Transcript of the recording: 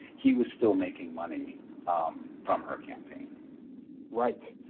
he was still making money um from her campaign right.